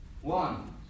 one